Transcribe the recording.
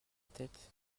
tête